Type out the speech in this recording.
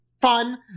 fun